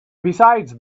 besides